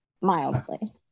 Mildly